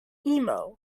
emo